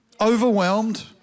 overwhelmed